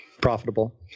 profitable